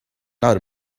not